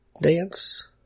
Dance